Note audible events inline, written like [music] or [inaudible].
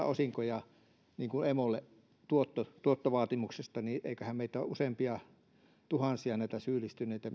[unintelligible] osinkoja emolle tuottovaatimuksesta eiköhän meitä ole useampia tuhansia tähän syyllistyneitä [unintelligible]